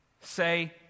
Say